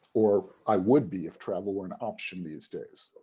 or i would be if travel were an option these days.